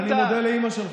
אני מודה לאימא שלך.